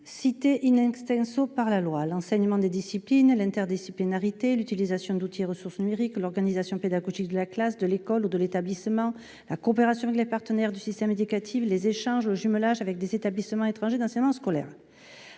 cités par la loi : l'enseignement des disciplines, l'interdisciplinarité, l'utilisation des outils et ressources numériques, l'organisation pédagogique de la classe, de l'école ou de l'établissement, la coopération avec les partenaires du système éducatif, les échanges ou le jumelage avec des établissements étrangers d'enseignement scolaire.